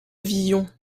vision